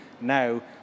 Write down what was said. now